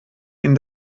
ihnen